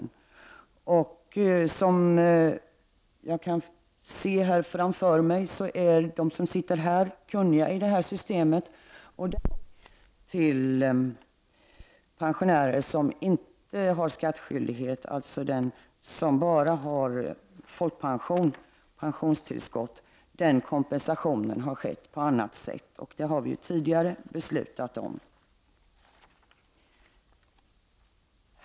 De ledamöter som jag kan se sitta framför mig i kammaren är kunniga i systemet. Alla vet att kompensation till pensionärer som inte har skattskyldighet, alltså de som bara har folkpension och pensionstillskott, har skett på annat sätt. Det har vi tidigare beslutat om.